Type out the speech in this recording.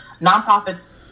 nonprofits